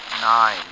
Nine